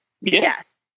Yes